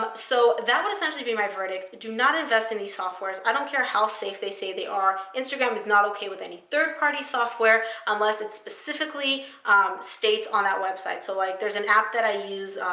so that would essentially be my verdict. do not invest in these softwares. i don't care how safe they say they are. instagram is not okay with any third-party software unless it specifically states on that website. so like there's an app that i use,